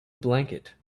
blanket